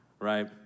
right